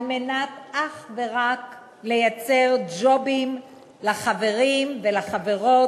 אך ורק על מנת לייצר ג'ובים לחברים ולחברות